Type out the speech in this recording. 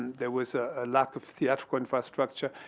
there was a lack of theatrical infrastructure.